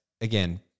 again